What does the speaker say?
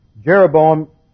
Jeroboam